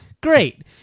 great